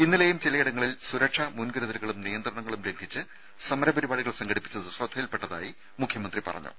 ഇന്നലെയും ചിലയിടങ്ങളിൽ സുരക്ഷാ മുൻകരുതലുകളും നിയന്ത്രണങ്ങളും ലംഘിച്ച് സമര പരിപാടികൾ സംഘടിപ്പിച്ചത് ശ്രദ്ധയിൽപ്പെട്ടതായി മുഖ്യമന്ത്രി പറഞ്ഞു